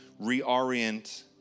reorient